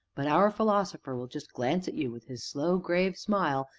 but our philosopher will just glance at you with his slow, grave smile,